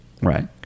right